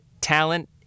talent